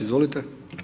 Izvolite.